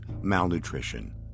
malnutrition